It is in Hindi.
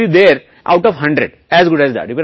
अब Now P देख सकते हैं तो कुछ भी नहीं है